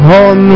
on